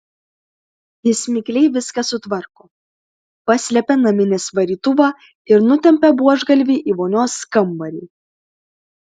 jis mikliai viską sutvarko paslepia naminės varytuvą ir nutempia buožgalvį į vonios kambarį